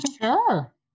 Sure